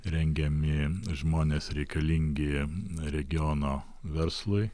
rengiami žmonės reikalingi regiono verslui